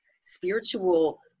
spiritual